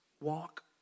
walk